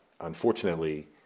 unfortunately